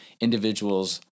individuals